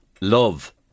love